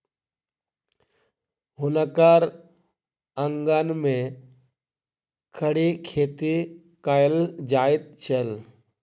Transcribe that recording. हुनकर आंगन में खड़ी खेती कएल जाइत छल